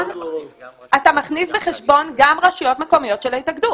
אתה מכניס בחשבון גם רשויות מקומיות שלא התאגדו.